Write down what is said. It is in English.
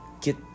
get